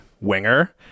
winger